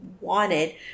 wanted